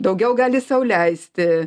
daugiau gali sau leisti